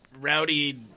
Rowdy